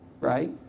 right